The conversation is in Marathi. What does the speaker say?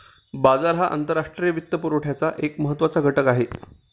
बाजार हा आंतरराष्ट्रीय वित्तपुरवठ्याचा एक महत्त्वाचा घटक आहे